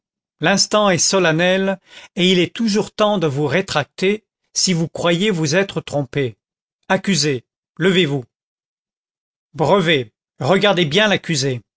l'instant est solennel et il est toujours temps de vous rétracter si vous croyez vous être trompé accusé levez-vous brevet regardez bien l'accusé